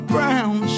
Brown